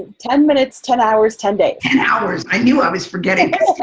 ten minutes, ten hours, ten days. ten hours. i knew, i was forgetting